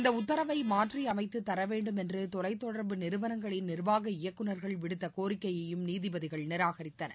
இந்த உத்தரவை மாற்றியமைத்து தரவேண்டும் என்று தொலை தொடர்பு நிறுவனங்களின் நீர்வாக இயக்குனர்கள் விடுத்த கோரிக்கையையும் நீதிபதிகள் நிராகரித்தனர்